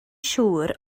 siŵr